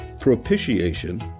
propitiation